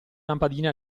lampadina